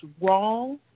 wrong